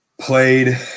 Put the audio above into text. Played